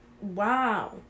wow